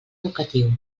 educatiu